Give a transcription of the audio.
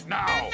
now